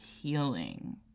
healing